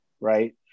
Right